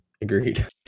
Agreed